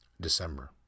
December